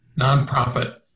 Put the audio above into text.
nonprofit